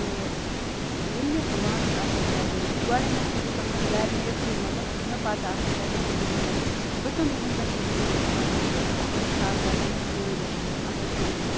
تہٕ یِم مےٚ پُلانٛٹ چھِ آسان گَرِ ؤوۍمِتۍ گۄڈٕنیٚتھ چھَس بہٕ تِمَن گَرِ نیٖرتھٕے مَطلَب چھِ مےٚ پَتاہ آسان مےٚ کٔژَن دۅہَن پیٚٚٹھ چھُ تٔژَن دۅہن پیٚٹھ چھَس بہٕ تِمَن تھاوان بہٕ چھَس تھاوان تِمن سَگ گۄڈٕنیٚتھ ترٛٲوِتھ اَصٕل پٲٹھۍ